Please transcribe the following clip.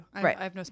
Right